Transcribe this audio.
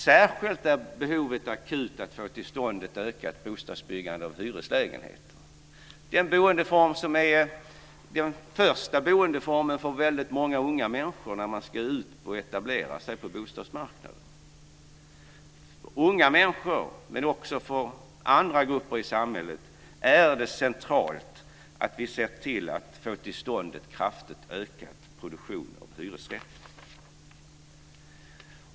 Det är särskilt akut att få till stånd ett ökat bostadsbyggande av hyreslägenheter. Det är den boendeform som är den första för väldigt många unga människor som ska etablera sig på bostadsmarknaden. För unga människor, men också för andra grupper i samhället är det centralt att vi ser till att få till stånd en kraftigt ökad produktion av hyresrätter.